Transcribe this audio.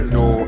no